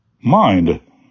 Mind